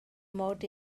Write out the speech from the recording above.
mod